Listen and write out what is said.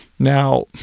Now